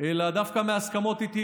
אלא דווקא מההסכמות איתי.